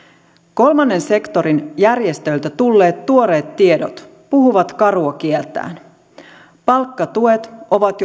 kolmannen sektorin järjestöiltä tulleet tuoreet tiedot puhuvat karua kieltään palkkatuet ovat